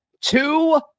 two